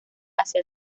hacia